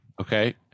Okay